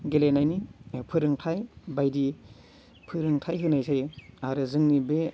गेलेनायनि ए फोरोंथाइ बायदि फोरोंथाइ होनाय जायो आरो जोंनि बे